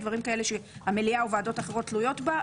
דברים כאלה שהמליאה או ועדות אחרות תלויות בה,